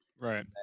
right